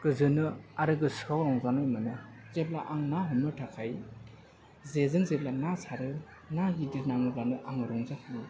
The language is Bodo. गोजोनो आरो गोसोआव रंजानाय मोनो जेब्ला आं ना हमनो थाखाय जेजों जेब्ला ना सारो ना गिदिर नाङोब्लानो आं रंजा खाङो